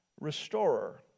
restorer